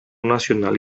nacional